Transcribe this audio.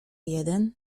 jeden